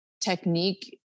technique